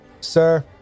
Sir